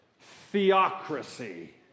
Theocracy